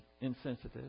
insensitive